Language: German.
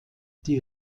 die